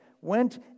went